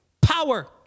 Power